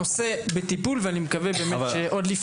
הנושא בטיפול ואני מקווה באמת שעוד,